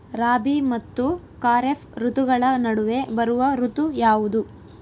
ರಾಬಿ ಮತ್ತು ಖಾರೇಫ್ ಋತುಗಳ ನಡುವೆ ಬರುವ ಋತು ಯಾವುದು?